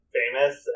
famous